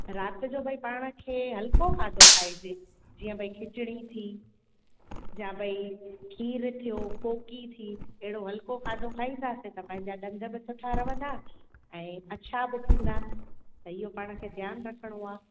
राति जो भई पाण खे हलको खाधो खाए जे जीअं भई खिचड़ी थी या भई खीरु थियो कोकी थी हेड़ो हल्को खाधो खाईंदा त पंहिंजा डंद बि सुठा रहंदा ऐं अछा बि थींदा त इहो पाण खे ध्यानु रखणो आहे